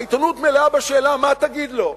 העיתונות מלאה בשאלה מה תגיד לו.